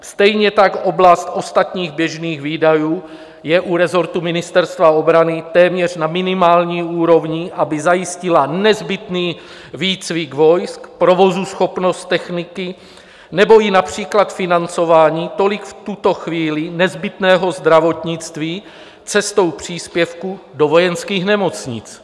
Stejně tak oblast ostatních běžných výdajů je u rezortu Ministerstva obrany téměř na minimální úrovni, aby zajistila nezbytný výcvik vojsk, provozuschopnost techniky nebo i například financování tolik v tuto chvíli nezbytného zdravotnictví cestou příspěvku do vojenských nemocnic.